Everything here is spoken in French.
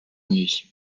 muet